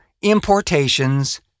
importations